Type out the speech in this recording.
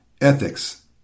Ethics